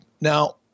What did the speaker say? Now